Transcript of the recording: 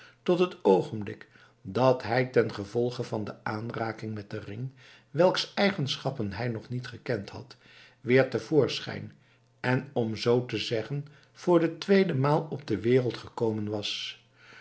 tot het oogenblik dat hij tengevolge van de aanraking met den ring welks eigenschappen hij nog niet gekend had weer te voorschijn en om zoo te zeggen voor de tweede maal op de wereld gekomen was